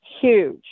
huge